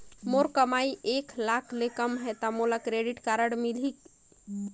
मोर कमाई एक लाख ले कम है ता मोला क्रेडिट कारड मिल ही?